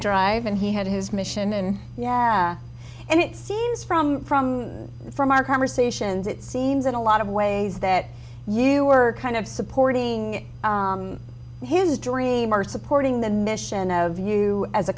drive and he had his mission and yeah and it seems from from from our conversations it seems that a lot of ways that you were kind of supporting his dream or supporting the mission of you as a